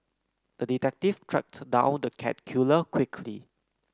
the detective tracked down the cat killer quickly